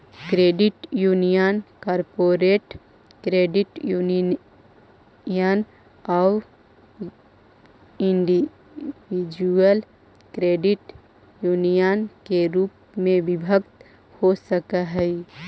credit union corporate credit union आउ individual credit union के रूप में विभक्त हो सकऽ हइ